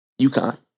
UConn